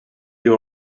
you